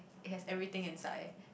it has everything inside